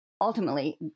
ultimately